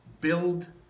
Build